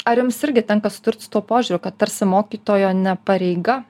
ar jums irgi tenka susidurt su tuo požiūriu kad tarsi mokytojo ne pareiga